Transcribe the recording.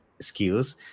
skills